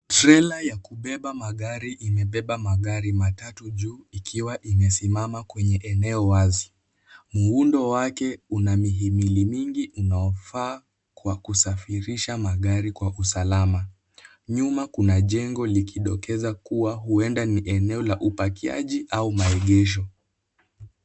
Trela ya kubeba magari imebeba magari matatu juu ikiwa imesimama kwenye eneo wazi. Muundo wake una mili mingi unao faa kwa kusarisha magari kwa usalama. Nyuma kuna jengo likidokeza kua huenda ni eneo la upakiaji au maegesho.